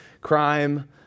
crime